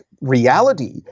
reality